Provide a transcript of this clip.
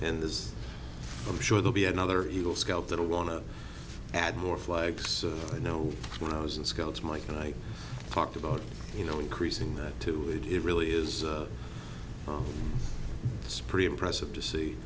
and as i'm sure they'll be another eagle scout that i want to add more flags you know when i was in scouts mike and i talked about you know increasing that to it it really is it's pretty impressive to see